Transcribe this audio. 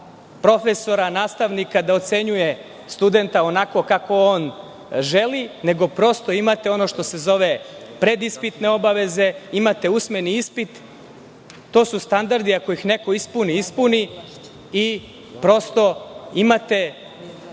profesora, nastavnika da ocenjuje studenta onako kako on želi, nego prosto imate ono što se zove predispitne obaveze, imate usmeni ispit. To su standardi, ako ih neko ispuni – ispuni, i prosto imate